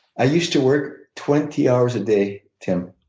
i used to work twenty hours a day, tim.